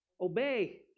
obey